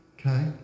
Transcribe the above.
okay